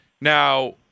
Now